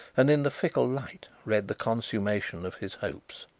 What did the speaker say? and in the fickle light read the consummation of his hopes.